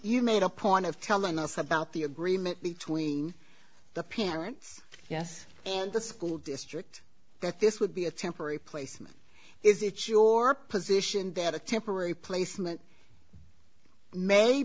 you made a point of telling us about the agreement between the parents yes and the school district that this would be a temporary placement is it your position that a temporary placement may